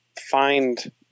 find –